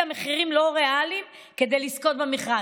מחירים לא ריאליים כדי לזכות במכרז.